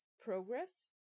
progress